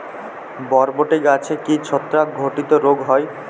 বরবটি গাছে কি ছত্রাক ঘটিত রোগ হয়?